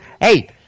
Hey